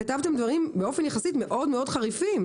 כתבתם יחסית דברים מאוד-מאוד חריפים.